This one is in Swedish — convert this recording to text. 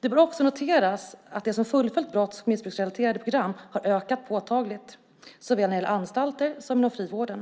Det bör också noteras att de som fullföljt brotts och missbruksrelaterade program har ökat påtagligt, såväl när det gäller anstalter som inom frivården.